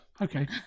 okay